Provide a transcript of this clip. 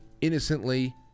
innocently